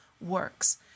works